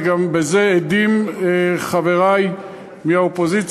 וגם בזה עדים חברי מהאופוזיציה.